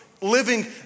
living